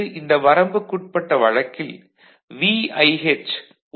நமது இந்த வரம்புக்குட்பட்ட வழக்கில் VIH 1